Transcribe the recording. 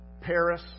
Paris